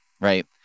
right